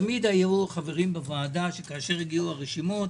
תמיד היו חברים בוועדה שכאשר הגיעו הרשימות,